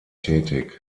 tätig